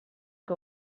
que